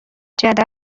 جدل